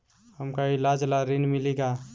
हमका ईलाज ला ऋण मिली का?